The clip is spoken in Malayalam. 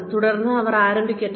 തുടർന്ന് അവർ ആരംഭിക്കട്ടെ